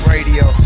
Radio